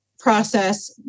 process